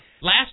last